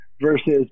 Versus